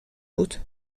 بود